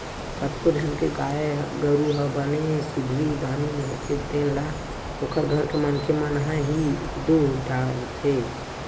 कतको झन के गाय गरु ह बने सिधवी बानी होथे तेन ल ओखर घर के मनखे मन ह ही दूह डरथे